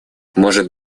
может